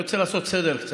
אני רוצה לעשות קצת סדר.